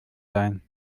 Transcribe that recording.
sein